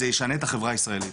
וזה ישנה את החברה הישראלית